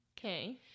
Okay